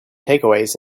takeaways